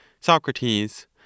Socrates